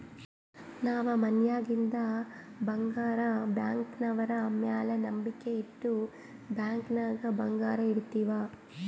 ನಾವ್ ಮನ್ಯಾಗಿಂದ್ ಬಂಗಾರ ಬ್ಯಾಂಕ್ನವ್ರ ಮ್ಯಾಲ ನಂಬಿಕ್ ಇಟ್ಟು ಬ್ಯಾಂಕ್ ನಾಗ್ ಬಂಗಾರ್ ಇಡ್ತಿವ್